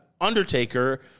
Undertaker